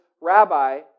rabbi